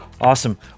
Awesome